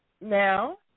Now